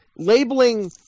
Labeling